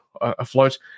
afloat